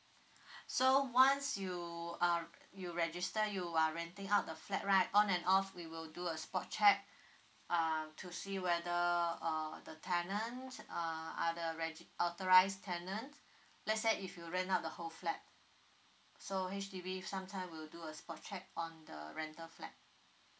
so once you uh you register you are renting out the flat right on and off we will do a spot check um to see whether err the tenant err are the reg~ authorized tenant let's say if you rent out the whole flat so H_D_B sometime will do a spot check on the rental flat